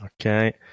Okay